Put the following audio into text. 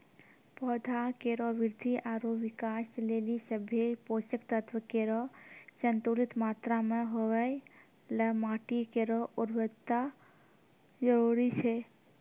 पौधा केरो वृद्धि आरु विकास लेलि सभ्भे पोसक तत्व केरो संतुलित मात्रा म होवय ल माटी केरो उर्वरता जरूरी छै